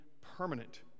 permanent